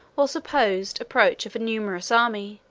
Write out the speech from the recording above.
or supposed, approach of a numerous army,